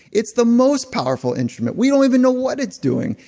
it's the most powerful instrument. we don't even know what it's doing.